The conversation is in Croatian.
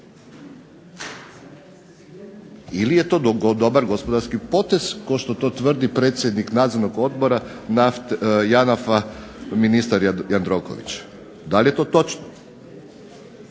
Ili je to dobar gospodarski potez, kao što to tvrdi predsjednik nadzornog odbora JANAF-a, ministar Jandroković? Da li je to točno?